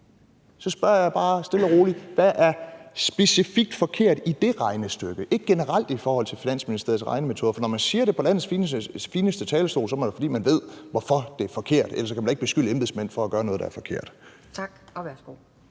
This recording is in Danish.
stille og roligt: Hvad er specifikt forkert i det regnestykke? Og jeg mener ikke generelt i forhold til Finansministeriets regnemetoder. For når man siger det på landets fineste talerstol, må det være, fordi man ved, hvorfor det er forkert. Ellers kan man da ikke beskylde embedsmænd for at gøre noget, der er forkert. Kl.